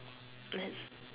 blends